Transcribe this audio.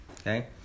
okay